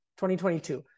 2022